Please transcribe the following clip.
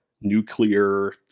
nuclear